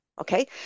Okay